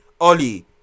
Oli